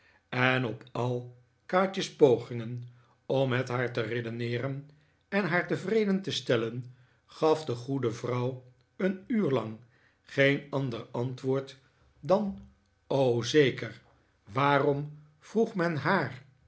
en op al kaatje's pogingen om met haar te redeneeren en haar tevreden te stellen gaf de goede vrouw een uur lang geen ander antwoord dan zeker waarom vroeg men haar